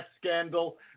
scandal